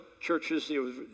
churches